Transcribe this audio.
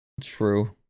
True